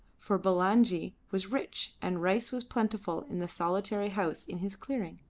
for bulangi was rich and rice was plentiful in the solitary house in his clearing.